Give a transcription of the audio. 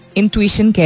intuition